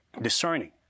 Discerning